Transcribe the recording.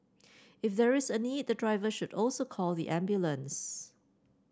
if there is a need the driver should also call the ambulance